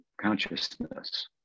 consciousness